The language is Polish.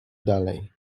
dalej